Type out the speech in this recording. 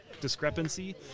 discrepancy